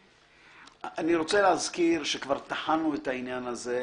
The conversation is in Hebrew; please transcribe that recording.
אני רוצה להזכיר שכבר דיברנו על העניין הזה,